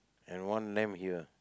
and one lamp here